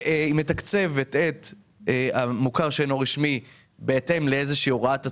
היא מתקצבת את המוכר שאינו רשמי בהתאם לאיזושהי הוראת הצמדה.